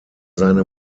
seine